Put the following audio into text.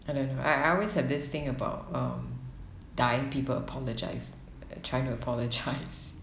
I don't know I I always have this thing about um dying people apologise trying to apologise